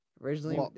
Originally